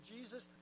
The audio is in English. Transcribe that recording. jesus